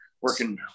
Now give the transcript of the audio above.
working